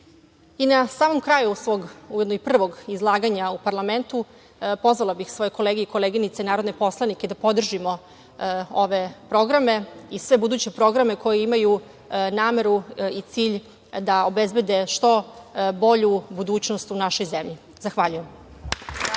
samom kraju svog ujedno i prvog izlaganja u parlamentu pozvala bih svoje kolege i koleginice narodne poslanike da podržimo ove programe i sve buduće programe koji imaju nameru i cilj da obezbede što bolju budućnost u našoj zemlji. Zahvaljujem.